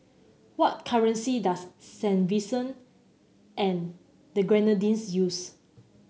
what currency does Saint Vincent and the Grenadines use